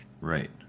Right